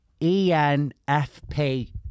enfp